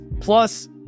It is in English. plus